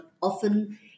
often